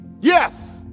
Yes